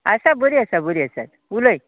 आसा बरीं आसा बरीं आसा उलय